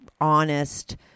honest